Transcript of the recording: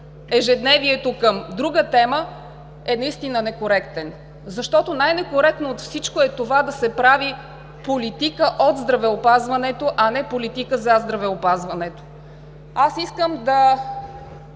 ежедневието към друга тема са наистина некоректни. Най-некоректно от всичко това е да се прави политика от здравеопазването, а не политика за здравеопазването. Аз искам да